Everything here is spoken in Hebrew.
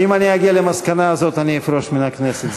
אם אני אגיע למסקנה הזאת אני אפרוש מן הכנסת.